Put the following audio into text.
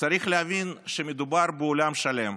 צריך להבין שמדובר בעולם שלם: